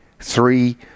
Three